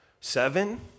Seven